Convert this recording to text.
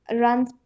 runs